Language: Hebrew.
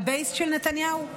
הבייס של נתניהו.